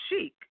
Chic